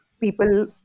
people